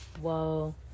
Whoa